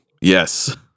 Yes